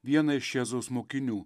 vieną iš jėzaus mokinių